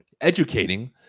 Educating